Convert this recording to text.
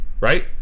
right